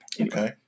Okay